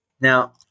Now